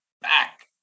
back